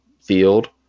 field